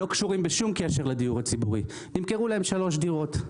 הם לא קשורים בשום קשר לדיור הציבורי ונמכרו להם שלוש דירות.